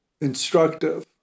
instructive